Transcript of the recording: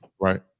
Right